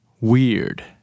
weird